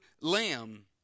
lamb